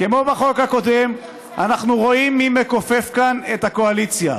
כמו בחוק הקודם אנחנו רואים מי מכופף כאן את הקואליציה.